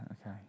okay